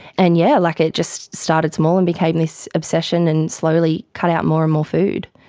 and yeah, like it just started small and became this obsession and slowly cut out more and more food.